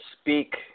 speak